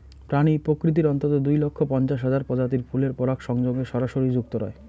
প্রাণী প্রকৃতির অন্ততঃ দুই লক্ষ পঞ্চাশ হাজার প্রজাতির ফুলের পরাগসংযোগে সরাসরি যুক্ত রয়